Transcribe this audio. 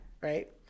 right